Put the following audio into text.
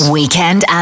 Weekend